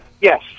Yes